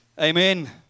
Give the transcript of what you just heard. amen